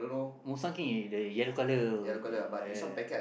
Mao-Shan-king is the yellow colour uh